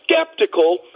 skeptical